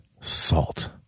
Salt